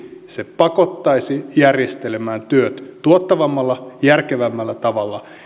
se pakottaisi järjestelemään työt tuottavammalla järkevämmällä tavalla